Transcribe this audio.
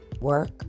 work